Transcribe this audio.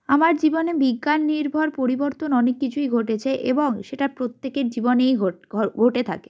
আমার জীবনে বিজ্ঞান নির্ভর পরিবর্তন অনেক কিছুই ঘটেছে এবং সেটা প্রত্যেকের জীবনেই ঘটে থাকে